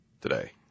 today